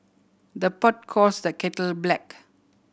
the pot calls the kettle black